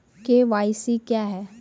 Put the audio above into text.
KYC क्या हैं?